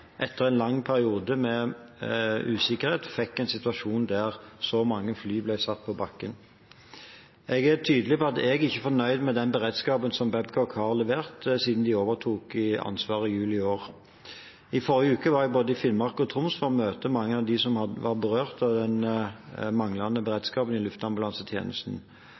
tydelig på at jeg ikke er fornøyd med den beredskapen som Babcock har levert siden de overtok ansvaret i juli i år. I forrige uke var jeg i både Finnmark og Troms for å møte mange av dem som var berørt av den manglende beredskapen i luftambulansetjenesten.